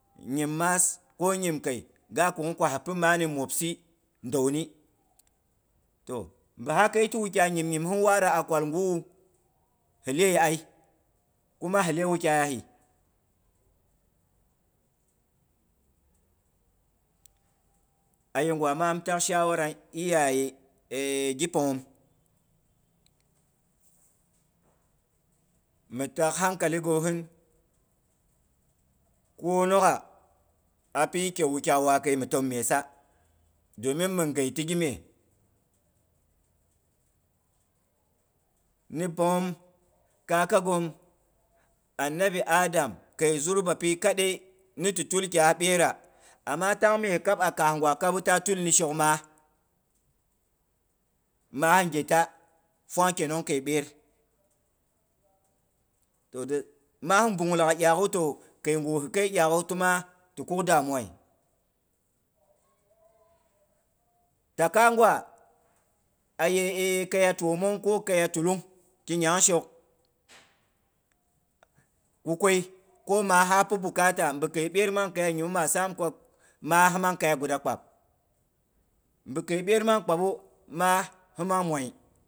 Nyim maas ko nyim kei, ga kugh ko hi pi mani mwopsi, dauni. Toh mbi ha kei ti wukyai nyimnyim hin waara a kwalbu hi lyei ai. Kuma hi iye wukayahi. Ayegwa mi am tak shawara ni iyaye, eh ghi panghom, mi tak hankali gohin kwonogha api ke wukyai wakei mi təm myesa. Domin min ghei ti gimye. Ni panghom, kaka ghom anna bi adam kei zur bapi kadei ni ti tul kya byerra, amma tang mye kab'a kaa ngwa kabu ta tul ni shok maa. Maa gheta, fwang kenong kei byer. Toh de maa bung laghaiyu toh, keiga hi kei iyak'gwu tima ti kuk damuwa ye. ta ka gwa, aye e kaya twomong ko kuma kaya tullung, ki nyang shok, kukwai ko maa, hapi bukata nbi kei byer nang kaya nyimu ma saam ko maa mang kaya guda kphab. Mbi kei byer nang kpabu maa hi mang moi